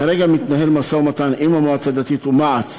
כרגע מתנהל משא-ומתן עם המועצה הדתית ומע"צ,